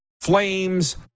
Flames